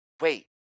wait